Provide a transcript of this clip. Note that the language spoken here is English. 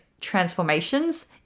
transformations